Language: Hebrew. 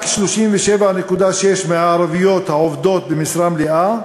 רק 37.6% מהערביות העובדות במשרה מלאה,